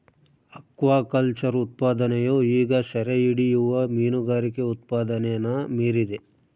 aquaculture ಉತ್ಪಾದನೆಯು ಈಗ ಸೆರೆಹಿಡಿಯುವ ಮೀನುಗಾರಿಕೆ ಉತ್ಪಾದನೆನ ಮೀರಿದೆ